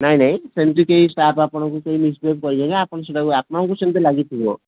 ନାହିଁ ନାହିଁ ସେମିତି କେହି ଷ୍ଟାଫ୍ ଆପଣଙ୍କୁ ସେହି ମିସ୍ ବିହେଭ୍ ଆପଣ ସେଇଟାକୁ ଆପଣଙ୍କୁ ସେମିତି ଲାଗିଥିବ